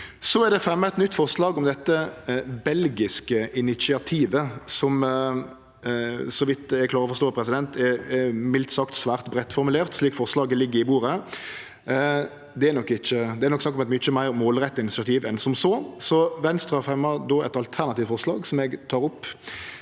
Så er det fremja eit nytt forslag om dette belgiske initiativet, som er, så vidt eg klarer å forstå, mildt sagt svært breitt formulert, slik forslaget ligg på bordet. Det er nok snakk om eit mykje meir målretta initiativ enn som så. Venstre har då fremja eit alternativt forslag, som eg tek opp,